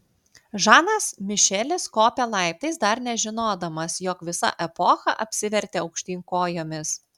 žanas mišelis kopė laiptais dar nežinodamas jog visa epocha apsivertė aukštyn kojomis